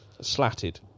slatted